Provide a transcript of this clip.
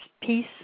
peace